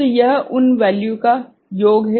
तो यह उन वैल्यू का योग है